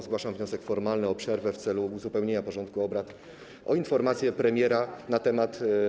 Zgłaszam wniosek formalny o przerwę w celu uzupełnienia porządku obrad o informację premiera na temat.